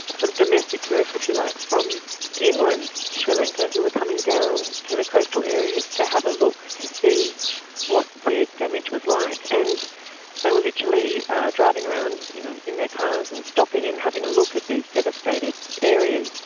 domestic tourists if you like, from inland sri lanka who were coming down to the coastal areas to have a look to see what the damage was like, and they were literally driving around you know in their cars and stopping and having a look at these devastated areas,